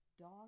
Dog